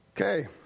Okay